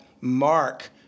mark